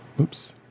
Oops